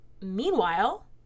meanwhile